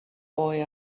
boy